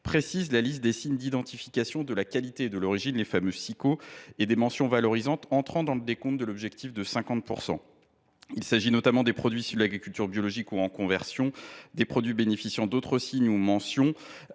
précise la liste des signes d’identification de la qualité et de l’origine, les fameux Siqo, et des mentions valorisantes entrant dans le décompte de l’objectif de 50 %. Il s’agit notamment des produits issus de l’agriculture biologique ou en conversion, des produits bénéficiant d’autres signes ou mentions